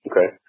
Okay